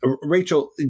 Rachel